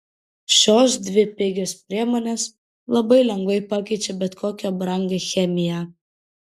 šios dvi pigios priemonės labai lengvai pakeičia bet kokią brangią chemiją